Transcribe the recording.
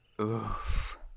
Oof